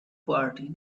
party